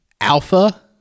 Alpha